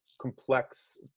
complex